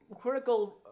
critical